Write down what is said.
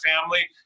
family